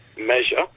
measure